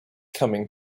coming